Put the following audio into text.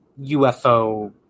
ufo